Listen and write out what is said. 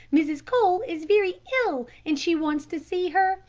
mrs. cole, is very ill, and she wants to see her,